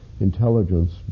intelligence